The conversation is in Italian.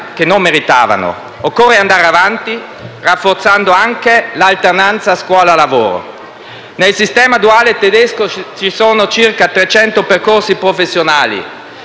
che non meritavano. Occorre andare avanti, rafforzando anche l'alternanza scuola-lavoro. Nel sistema duale tedesco ci sono circa trecento percorsi professionali,